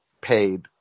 paid